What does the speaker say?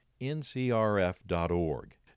ncrf.org